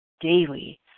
daily